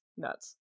nuts